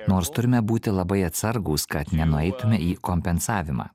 nors turime būti labai atsargūs kad nenueitume į kompensavimą